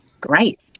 great